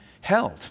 held